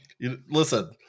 Listen